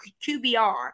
QBR